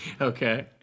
Okay